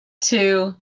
two